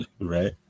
Right